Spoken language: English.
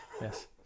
Yes